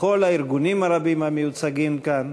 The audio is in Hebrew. לכל הארגונים הרבים המיוצגים כאן.